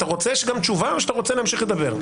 אתה רוצה גם תשובה או שאתה רוצה להמשיך לדבר?